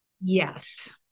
Yes